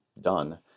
done